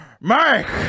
mike